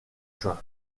juin